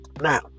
Now